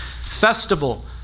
festival